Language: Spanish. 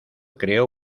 creó